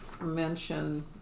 mention